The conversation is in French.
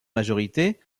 majorité